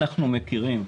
אנחנו מכירים.